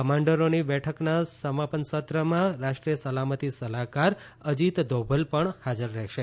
કમાન્ડરોની બેઠકના સમાપન સત્રમાં રાષ્ટ્રીય સલામતી સલાહકાર અજીત દોભલ પણ ભાગ લેશે